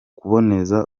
kuboneza